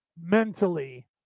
mentally